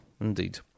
Indeed